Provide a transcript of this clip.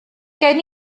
gen